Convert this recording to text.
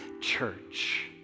church